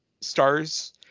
stars